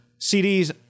CDs